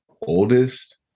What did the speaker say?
oldest